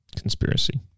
Conspiracy